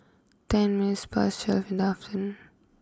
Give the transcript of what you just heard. ten minutes past twelve in afternoon